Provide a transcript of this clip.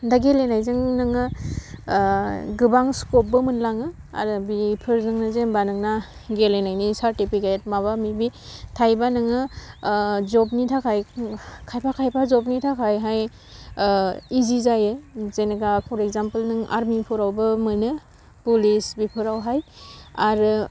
दा गेलेनायजों नोङो गोबां स्कबबो मोनलाङो आरो बेफोरजोंनो जेनेबा नोंना गेलेनायनि सारटिफिकिद माबा माबि थायोबा नोङो जबनि थाखाय खायफा खायफा जबनि थाखायहाय इजि जायो जेनोबा पर इक्जामपोल नों आरमिफोरावबो मोनो पुलिस बेफोरावहाय आरो